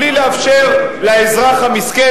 בלי לאפשר לאזרח המסכן,